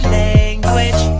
language